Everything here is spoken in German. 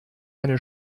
eine